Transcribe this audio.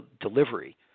delivery